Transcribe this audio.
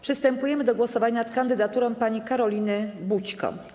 Przystępujemy do głosowania nad kandydaturą pani Karoliny Bućko.